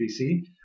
BC